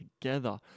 together